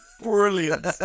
Brilliant